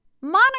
Monica